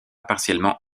partiellement